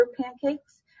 pancakes